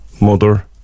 mother